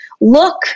Look